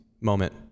moment